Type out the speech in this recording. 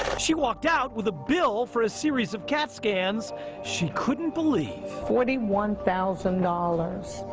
she walked out with a bill for a series of cat scans she couldn't believe. forty one thousand dollars.